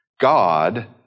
God